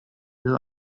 ihre